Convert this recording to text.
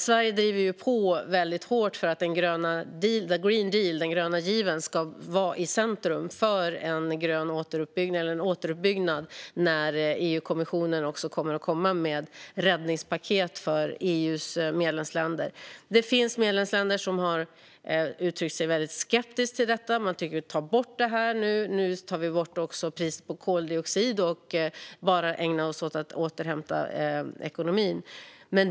Sverige driver på väldigt hårt för att the Green Deal, den gröna given, ska vara i centrum för en grön återuppbyggnad när EU-kommissionen kommer med räddningspaket för EU:s medlemsländer. Det finns medlemsländer som har uttryckt sig väldigt skeptiskt till detta; man tycker att vi ska ta bort det, ta bort priset på koldioxid och bara ägna oss åt att återhämta ekonomin.